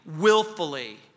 willfully